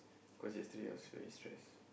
cause yesterday I was very stress